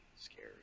Scary